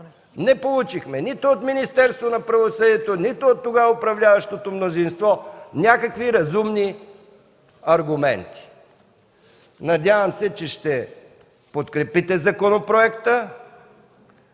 не получихме нито от Министерството на правосъдието, нито от тогава управляващото мнозинство някакви разумни аргументи. Надявам се, че ще подкрепите законопроекта,